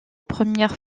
première